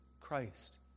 Christ